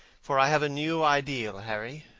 for i have a new ideal, harry.